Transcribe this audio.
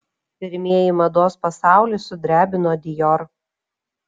pirmieji mados pasaulį sudrebino dior